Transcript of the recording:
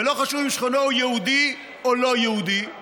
ולא חשוב אם שכנו יהודי או לא יהודי,